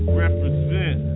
represent